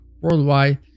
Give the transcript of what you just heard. worldwide